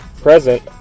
Present